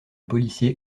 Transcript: policier